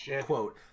quote